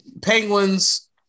Penguin's